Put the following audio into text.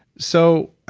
so,